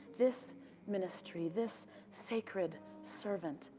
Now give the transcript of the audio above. this ministry, this sacred sort of and